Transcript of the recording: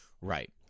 Right